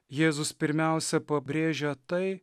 jėzus pirmiausia pabrėžia tai